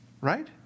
right